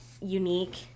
unique